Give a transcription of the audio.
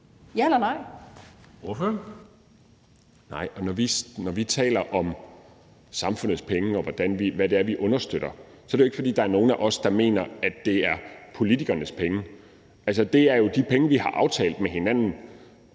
Jens Joel (S): Nej, og når vi taler om samfundets penge, og hvad det er, vi understøtter, så er det jo ikke, fordi der er nogen af os, der mener, at det er politikernes penge. Det er jo de penge, vi har aftalt med hinanden